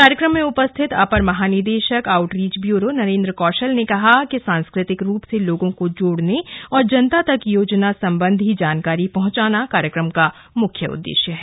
कार्यक्रम में उपस्थित अपर महानिदेशक आउटरीच ब्यूरो नरेंद्र कौशल ने कहा कि सांस्कृतिक रुप से लोगों को जोड़ने और जनता तक योजना संबंधि जानकारी पहुंचाना कार्यक्रम का मुख्य उद्देश्य है